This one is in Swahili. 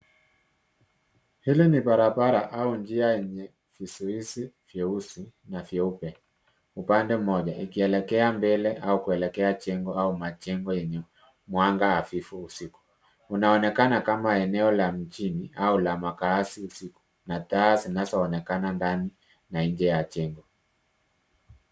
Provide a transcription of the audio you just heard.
Hizi ni barabara au njia zenye visuizi vyeusi na vyeupe upande mmoja ikielekea mbele au kuelekea jengo au majengo yenye mwanga hafifu. Unaonekana kama eneo la chini au la makazi usiku na taa zinazoonekana ndani na nje ya jengo.